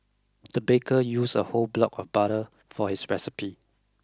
the baker used a whole block of butter for his recipe